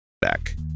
back